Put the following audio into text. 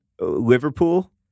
Liverpool